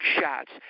shots